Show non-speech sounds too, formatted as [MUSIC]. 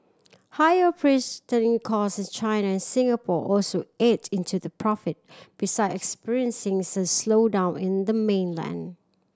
higher [UNINTELLIGIBLE] cost in China and Singapore also ate into their profit besides experiencing [UNINTELLIGIBLE] a slowdown in the mainland